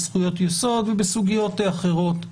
בזכויות יסוד ובסוגיות אחרות.